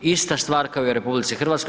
Ista stvar kao i u RH.